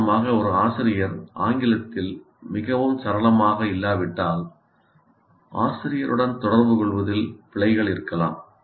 உதாரணமாக ஒரு ஆசிரியர் ஆங்கிலத்தில் மிகவும் சரளமாக இல்லாவிட்டால் ஆசிரியருடன் தொடர்புகொள்வதில் பிழைகள் இருக்கலாம்